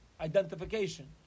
identification